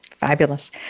Fabulous